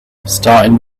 starting